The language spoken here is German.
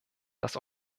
das